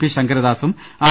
P ശങ്കരദാസും R